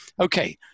Okay